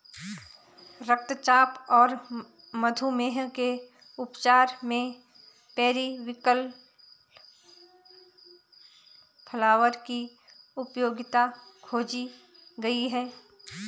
रक्तचाप और मधुमेह के उपचार में पेरीविंकल फ्लावर की उपयोगिता खोजी गई है